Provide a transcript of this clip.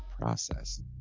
process